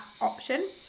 option